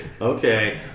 okay